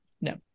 No